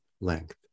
length